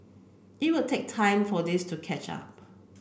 it will take time for this to catch up